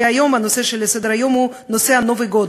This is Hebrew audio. שרציתי, הנושא שעל סדר-היום הוא נושא הנובי-גוד.